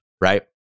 right